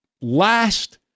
last